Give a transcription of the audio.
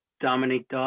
Dominique